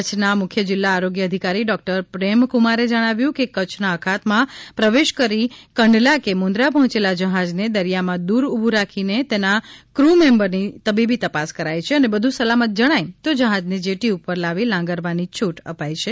કચ્છના મુખ્ય જિલ્લા આરોગ્ય અધિકારી ડોક્ટર પ્રેમકુમારે જણાવ્યું કે કચ્છના અખાતમાં પ્રવેશ કરી કંડલા કે મુંદ્રા પહોચેલા જહાજને દરિયામાં દૂર ઉભું રાખી તેના ક્રૂ મેમ્બરની તબીબી તપાસ કરાય છે અને બધુ સલામત જણાય તો જહાજને જેટી ઉપર લાવી લાંગરવાની છૂટ અપાય છે